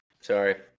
Sorry